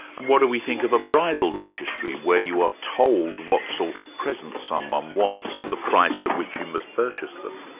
and what do we think of a bridal registry where you are told what sort of present someone wants and the price at which you must purchase them?